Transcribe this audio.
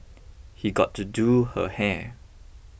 he got to do her hair